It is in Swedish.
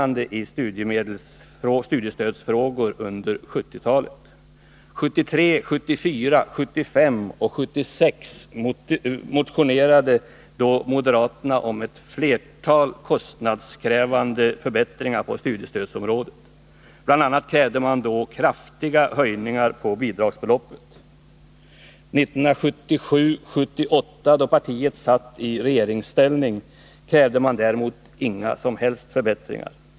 1973, 1974, 1975 och 1976 motionerade moderaterna om flera kostnadskrävande förbättringar på studiestödsområdet. Bl. a. krävde de kraftiga höjningar av bidragsbeloppet. 1977 och 1978, då partiet satt i regeringsställning, krävdes däremot inga som helst förbättringar.